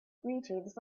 greetings